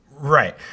Right